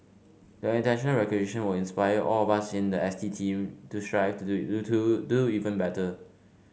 the international recognition will inspire all of us in the S T team to strive to do do to do even better